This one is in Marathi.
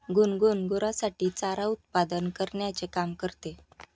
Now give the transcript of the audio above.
गुनगुन गुरांसाठी चारा उत्पादन करण्याचे काम करते